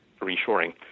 reshoring